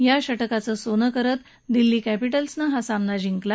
या षटकाचं सोनं करत दिल्ली कॅपिटल्सनं हा सामना जिकला